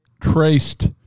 traced